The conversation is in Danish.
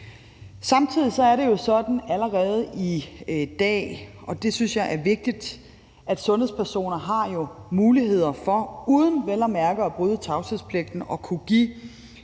Samtidig er det jo sådan allerede i dag, og det synes jeg er vigtigt, at sundhedspersoner jo har muligheder for – vel at mærke uden at bryde tavshedspligten – at kunne give